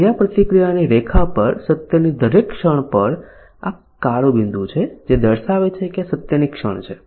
અને ક્રિયાપ્રતિક્રિયાની રેખા પર સત્યની દરેક ક્ષણ પર એક કાળો બિંદુ છે જે દર્શાવે છે કે આ સત્યની ક્ષણ છે